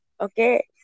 Okay